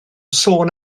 sôn